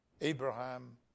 Abraham